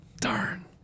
Darn